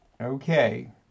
Okay